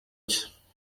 cye